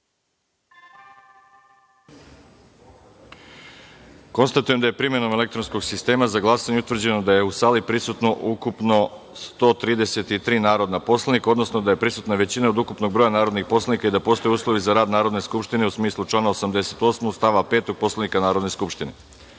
glasanje. Konstatujem da je primenom elektronskog sistema za glasanje utvrđeno da je u sali prisutno ukupno 133 narodnih poslanika i da je prisutna većina od ukupnog broja narodnih poslanika i da postoje uslovi za rad Narodne skupštine u smislu člana 88. stava 5. Poslovnika Narodne skupštine. Da